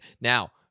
now